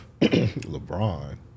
LeBron